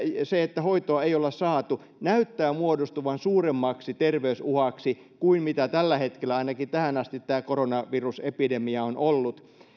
se että hoitoa ei olla saatu näyttää muodostuvan suuremmaksi terveysuhaksi kuin mitä tällä hetkellä ainakin tähän asti tämä koronavirusepidemia on ollut